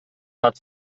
hat